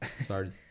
Sorry